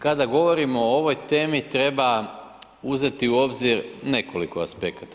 Kada govorimo o ovoj temi, treba uzeti u obzir nekoliko aspekata.